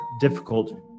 difficult